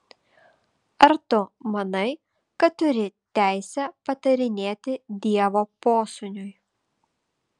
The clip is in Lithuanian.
ar tu manai kad turi teisę patarinėti dievo posūniui